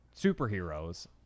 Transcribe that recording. superheroes